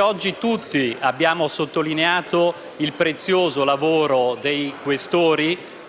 Oggi tutti abbiamo sottolineato il prezioso lavoro dei Questori,